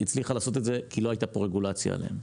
הצליחה לעשות את זה כי לא הייתה פה רגולציה עליהם.